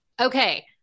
Okay